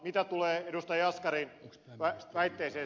mitä tulee ed